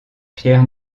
pierre